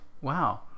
Wow